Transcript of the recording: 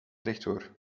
rechtdoor